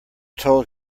told